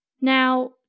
Now